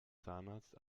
zahnarzt